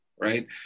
right